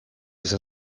izan